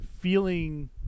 feeling